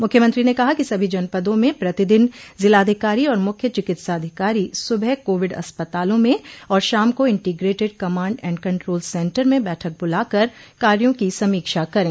मुख्यमंत्री ने कहा कि सभी जनपदों में प्रतिदिन जिलाधिकारी और मुख्य चिकित्साधिकारी सुबह कोविड अस्पतालों में और शाम को integrated command and control centre में बैठक बुलाकर कार्यो की समीक्षा करे